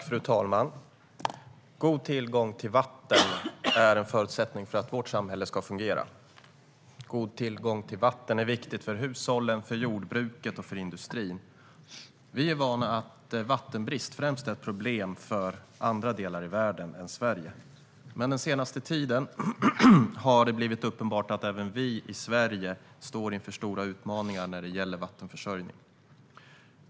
Fru talman! God tillgång till vatten är en förutsättning för att vårt samhälle ska fungera. God tillgång till vatten är viktig för hushållen, jordbruket och industrin. Vi är vana vid att vattenbrist främst är ett problem för andra delar av världen än Sverige. Men den senaste tiden har det blivit uppenbart att även vi i Sverige står inför stora utmaningar när det gäller vattenförsörjning.